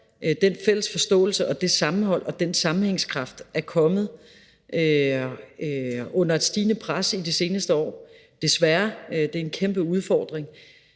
Den fælles forståelse og det sammenhold og den sammenhængskraft er kommet under et stigende pres i de seneste år, desværre – det er en kæmpe udfordring.